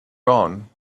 gone